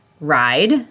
ride